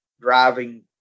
driving